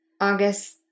August